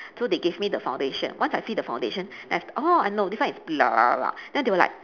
so they give me the foundation once I see the foundation then I was oh I know this one is then they were like